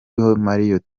marriott